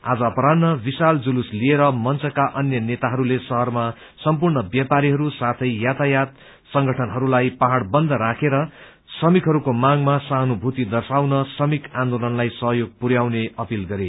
आज अपरान्ह विशाल जुलूस लिएर मंचका अन्य नेताहरूले शहरमा सम्पूर्ण व्यापारीहरू साथै यातायात संगठनहरूलाई पहाड़ बन्द राखेर श्रमिकहरूलको मागमा सहानुभूति दर्शान श्रमिक आन्दोलनलाई सहयोग पुरयाउने अपील गरे